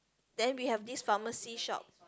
then we have this pharmacy shop